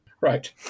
Right